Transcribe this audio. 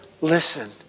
listen